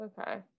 Okay